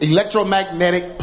Electromagnetic